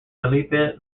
felipe